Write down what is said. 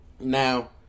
Now